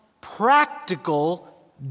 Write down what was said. practical